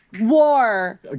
War